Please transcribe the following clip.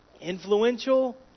influential